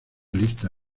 lista